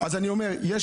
אני אומר לך,